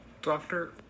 Doctor